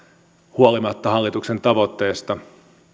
huolimatta hallituksen tavoitteesta